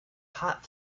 hot